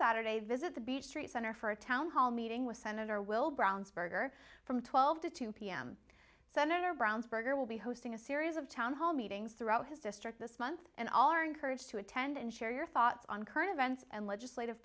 saturday visit the beech tree center for a town hall meeting with senator will brownsburg or from twelve to two pm senator brown's burger will be hosting a series of town hall meetings throughout his district this month and all are encouraged to attend and share your thoughts on current events and legislative